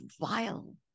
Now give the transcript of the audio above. vile